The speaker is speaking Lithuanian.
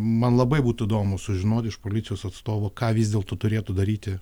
man labai būtų įdomu sužinoti iš policijos atstovų ką vis dėl to turėtų daryti